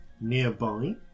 Nearby